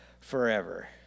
forever